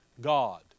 God